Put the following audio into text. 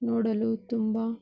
ನೋಡಲು ತುಂಬ